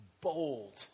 bold